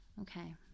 Okay